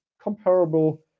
comparable